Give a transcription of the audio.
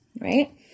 Right